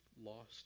lost